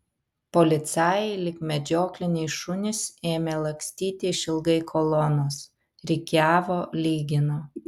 policajai lyg medžiokliniai šunys ėmė lakstyti išilgai kolonos rikiavo lygino